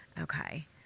Okay